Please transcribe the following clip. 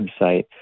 website